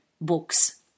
books